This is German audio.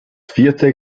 vierte